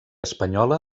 espanyola